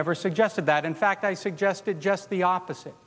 never suggested that in fact i suggested just the opposite